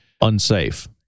unsafe